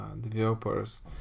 developers